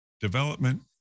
development